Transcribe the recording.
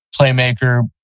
playmaker